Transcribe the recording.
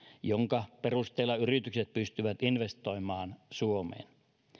jonka perusteella yritykset pystyvät investoimaan suomeen